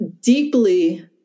deeply